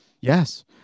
yes